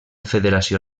federació